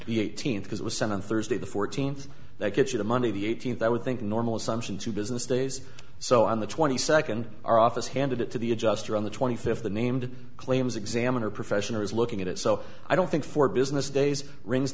the eighteenth because it was sent on thursday the fourteenth that gets the money the eighteenth i would think normal assumption two business days so on the twenty second our office handed it to the adjuster on the twenty fifth the named claims examiner profession is looking at it so i don't think for business days rings